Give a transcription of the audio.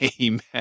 amen